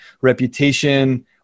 reputation